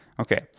Okay